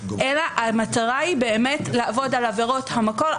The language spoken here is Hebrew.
אלא המטרה היא באמת לעבוד על עבירות המקור,